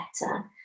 better